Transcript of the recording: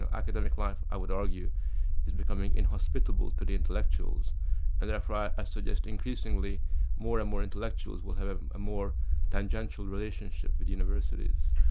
and academic life i would argue is becoming inhospitable to the intellectuals and therefore i suggest increasingly more and more intellectuals will have a more tangential relationship with universities.